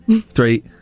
three